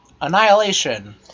Annihilation